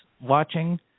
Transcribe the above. watching